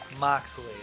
Moxley